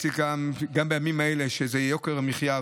בימים האלה של יוקר מחיה,